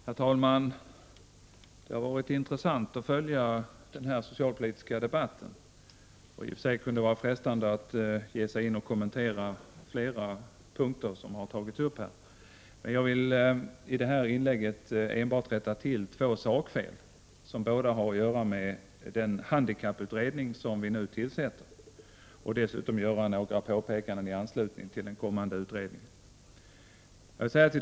Herr talman! Det har varit intressant att följa denna socialpolitiska debatt. Det är i och för sig frestande att ge sig in i debatten och kommentera flera av de punkter som har tagits upp. Jag vill i detta inlägg enbart rätta till två sakfel som båda har att göra med den handikapputredning som regeringen nu skall tillsätta. Dessutom vill jag göra några påpekanden i anslutning till den kommande utredningen.